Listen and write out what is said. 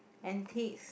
antiques